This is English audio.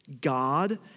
God